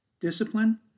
discipline